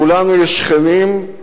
לכולנו יש שכנים, אבות,